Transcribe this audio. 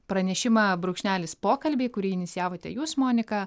pranešimą brūkšnelis pokalbį kurį inicijavote jūs monika